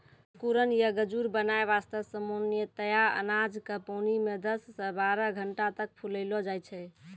अंकुरण या गजूर बनाय वास्तॅ सामान्यतया अनाज क पानी मॅ दस सॅ बारह घंटा तक फुलैलो जाय छै